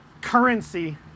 currency